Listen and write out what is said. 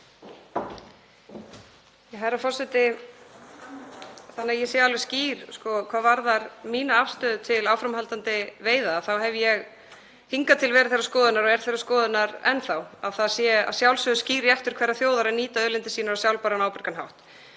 Herra forseti. Þannig að ég sé alveg skýr hvað varðar mína afstöðu til áframhaldandi veiða þá hef ég hingað til verið þeirrar skoðunar og er þeirrar skoðunar enn þá að það sé að sjálfsögðu skýr réttur hverrar þjóðar að nýta auðlindir sínar á sjálfbæran og ábyrgan hátt.